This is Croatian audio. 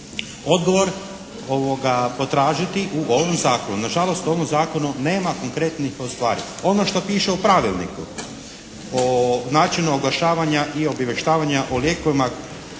odgovor potražiti u ovom zakonu. Nažalost, on u zakonu nema konkretnih …/Govornik se ne razumije./… Ono što piše u Pravilniku o načinu oglašavanja i obavještavanja o lijekovima,